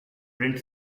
print